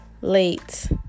late